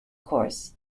course